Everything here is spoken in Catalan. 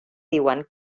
diuen